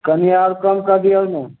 कनिएँ आओर कम कऽ दिऔ ने